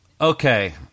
Okay